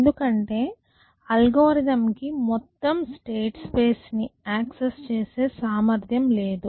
ఎందుకంటే అల్గోరిథం కి మొత్తం స్టేట్ స్పేస్ ని యాక్సెస్ చేసే సామర్థ్యం లేదు